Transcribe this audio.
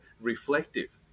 reflective